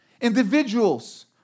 Individuals